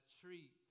treat